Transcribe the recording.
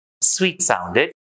sweet-sounded